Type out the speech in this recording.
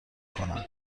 کنم